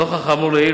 לנוכח האמור לעיל,